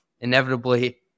inevitably